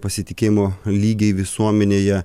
pasitikėjimo lygiai visuomenėje